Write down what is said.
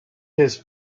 his